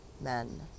men